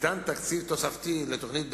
ניתן תקציב תוספתי לתוכנית,